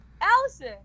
Allison